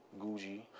Gucci